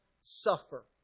suffer